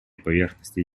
поверхности